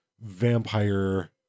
vampire